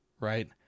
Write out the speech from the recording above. right